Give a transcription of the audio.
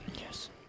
Yes